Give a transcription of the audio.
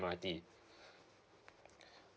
M_R_T